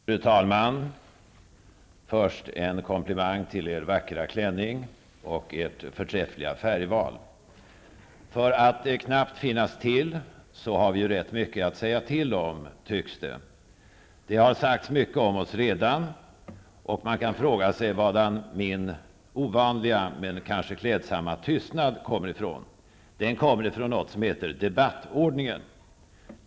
Fru talman! Först en komplimang till er vackra klänning och ert förträffliga färgval. För att knappt finnas till har vi rätt mycket att säga till om, tycks det. Det har sagts mycket om oss redan, och man kan fråga sig vadan min ovanliga men kanske klädsamma tystnad kommer ifrån. Den kommer ifrån något som heter debattordningen.